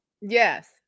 Yes